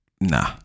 Nah